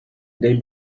they